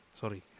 sorry